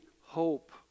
hope